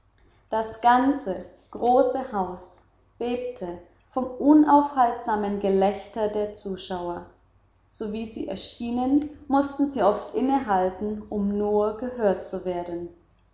das ganze große haus bebte vom unaufhaltsamen gelächter der zuschauer sowie sie erschienen mußten sie oft innehalten um nur gehört zu werden